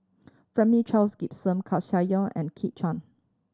Charles Gimson Koeh Sia Yong and Kit Chan